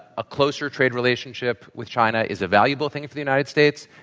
a closer trade relationship with china is a valuable thing for the united states